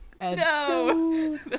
No